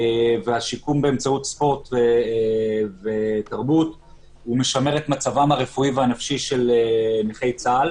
והשיקום באמצעות ספורט ותרבות משמר את מצבם הרפואי והנפשי של נכי צה"ל.